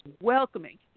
welcoming